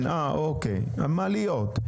אוקיי, המעליות.